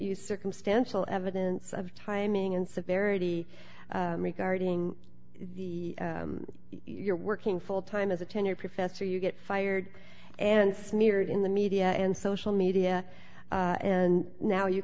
use circumstantial evidence of timing and severity regarding the you're working full time as a tenured professor you get fired and smeared in the media and social media and now you